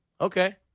Okay